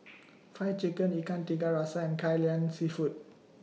Fried Chicken Ikan Tiga Rasa and Kai Lan Seafood